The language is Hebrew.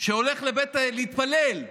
שהולך להתפלל,